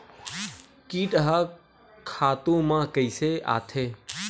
कीट ह खातु म कइसे आथे?